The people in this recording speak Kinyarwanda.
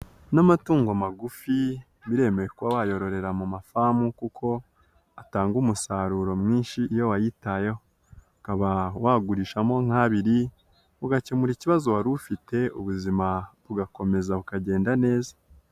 N'amatungo magufi biremewe kuba wayororera mu mafamu kuko atanga umusaruro mwinshi iyo wayitayeho, ukaba wagurishamo nk'abiri ugakemura ikibazo wari ufite, ubuzima bugakomeza bukagenda neza.